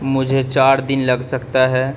مجھے چار دن لگ سکتا ہے